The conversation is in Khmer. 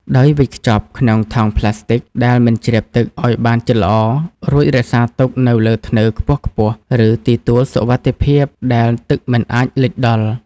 ដោយវេចខ្ចប់ក្នុងថង់ប្លាស្ទិកដែលមិនជ្រាបទឹកឱ្យបានជិតល្អ រួចរក្សាទុកនៅលើធ្នើខ្ពស់ៗ ឬទីទួលសុវត្ថិភាពដែលទឹកមិនអាចលិចដល់។